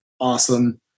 awesome